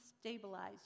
stabilize